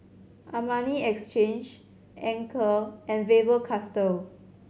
Armani Exchange Anchor and Faber Castell